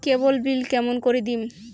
কেবল bill কেমন করি দিম?